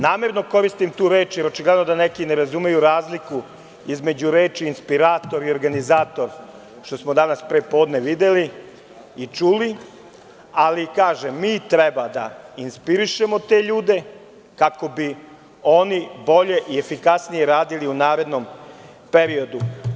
Namerno koristim tu reč, jer očigledno da neki ne razumeju razliku između reči „inspirator“ i „organizator“, što smo danas pre podne videli i čuli, ali kažem, mi treba da inspirišemo te ljude, kako bi oni bolje i efikasnije radili u narednom periodu.